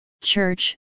church